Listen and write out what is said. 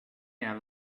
air